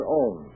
own